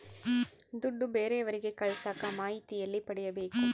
ದುಡ್ಡು ಬೇರೆಯವರಿಗೆ ಕಳಸಾಕ ಮಾಹಿತಿ ಎಲ್ಲಿ ಪಡೆಯಬೇಕು?